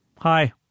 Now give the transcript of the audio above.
Hi